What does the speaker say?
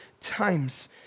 times